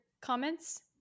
comments